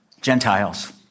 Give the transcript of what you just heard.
Gentiles